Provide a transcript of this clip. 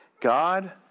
God